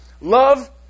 Love